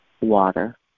water